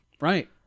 Right